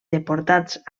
deportats